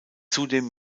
zudem